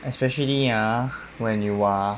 especially ah when you are